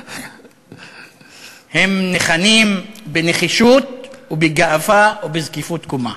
הם ניחנים בנחישות ובגאווה ובזקיפות קומה.